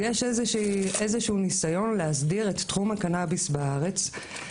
יש איזשהו ניסיון להסדיר את תחום הקנאביס בארץ.